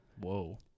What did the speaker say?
Whoa